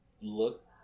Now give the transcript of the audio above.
Look